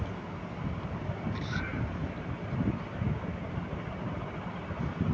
भारत रो सैन्य बजट हर एक साल अलग अलग रहै छै